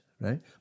right